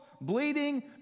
bleeding